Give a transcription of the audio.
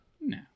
No